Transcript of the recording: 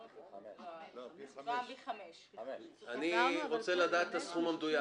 אני רוצה לדעת מה הסכום המדויק.